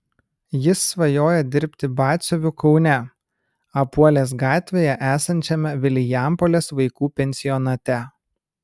jis svajoja dirbti batsiuviu kaune apuolės gatvėje esančiame vilijampolės vaikų pensionate